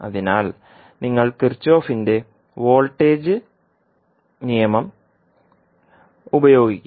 അതിനാൽ നിങ്ങൾ കിർചോഫിന്റെ വോൾട്ടേജ് നിയമം Kirchhoff's voltage law ഉപയോഗിക്കും